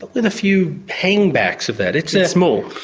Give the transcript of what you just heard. with a few hang-backs of that. it's small.